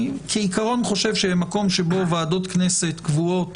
כעיקרון אני חושב שבמקום שבו ועדות כנסת קבועות